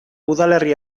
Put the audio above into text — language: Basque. udalerri